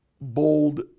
bold